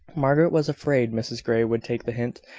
margaret was afraid mrs grey would take the hint,